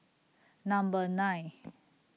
Number nine